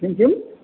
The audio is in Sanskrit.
किं किं